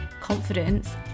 confidence